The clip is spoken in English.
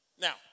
Now